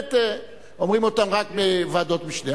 שבאמת אומרים אותם רק בוועדות משנה.